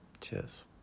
Cheers